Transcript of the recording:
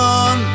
on